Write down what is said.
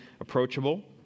approachable